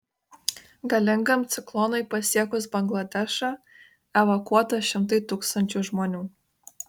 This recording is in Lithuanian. galingam ciklonui pasiekus bangladešą evakuota šimtai tūkstančių žmonių